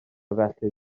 felly